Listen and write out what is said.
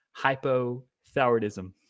hypothyroidism